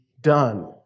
done